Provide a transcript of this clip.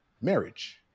marriage